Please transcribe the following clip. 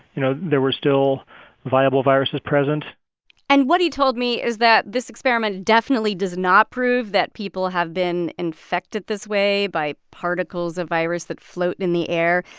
you know, there were still viable viruses present and what he told me is that this experiment definitely does not prove that people have been infected this way by particles of virus that float in the air,